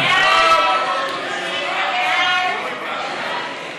ההצעה להעביר את הצעת חוק-יסוד: ירושלים בירת ישראל (תיקון